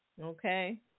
Okay